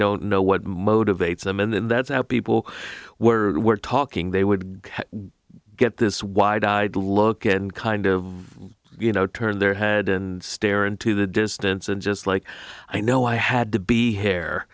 don't know what motivates them and then that's how people were talking they would get this wide eyed look and kind of you know turn their head and stare into the distance and just like i know i had to be hair